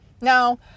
Now